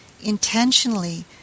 Intentionally